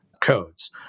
codes